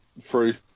Free